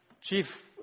chief